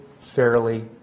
fairly